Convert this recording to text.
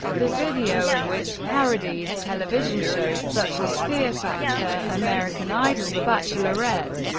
the video of which parodies television shows such as fear factor, american idol, the bachelorette,